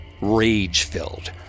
rage-filled